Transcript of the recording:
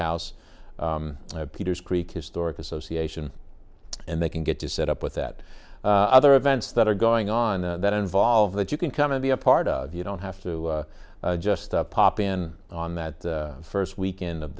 house peters creek historic association and they can get to set up with that other events that are going on that involve that you can come and be a part of you don't have to just pop in on that first weekend of